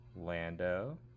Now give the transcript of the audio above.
lando